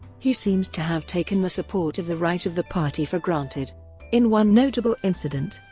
he seems to have taken the support of the right of the party for granted in one notable incident,